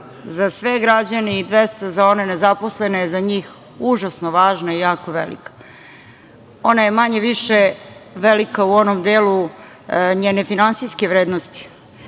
za sve građane i 200 za one nezaposlene za njih užasno važna i jako velika. Ona je manje-više velika u onom delu njene finansijske vrednosti,